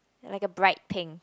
like a bright pink